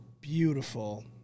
beautiful